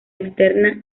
externa